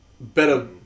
better